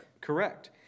correct